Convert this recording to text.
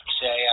say